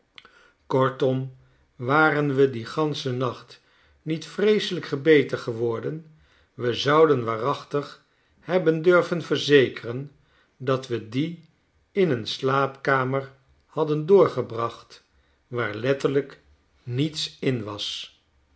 kortom waren we dien ganschen nacht niet vreeselijk gebeten geworden we zouden waarachtig hebben durven verzekeren dat we dien in een slaapkamer hadden doorgebracht waar letterlyk niets in was